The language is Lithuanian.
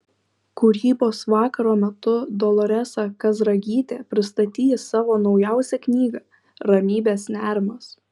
kūrybos vakaro metu doloresa kazragytė pristatys savo naujausią knygą ramybės nerimas